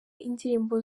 indirimbo